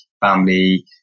family